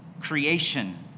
Creation